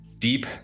deep